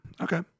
Okay